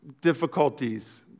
difficulties